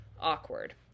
awkward